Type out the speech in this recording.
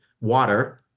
water